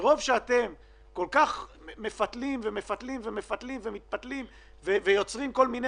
מרוב שאתם מפתלים ויוצרים כל מיני